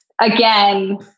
Again